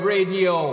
Radio